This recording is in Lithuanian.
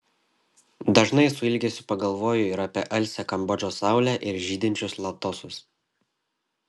dažnai su ilgesiu pagalvoju ir apie alsią kambodžos saulę ir žydinčius lotosus